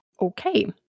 Okay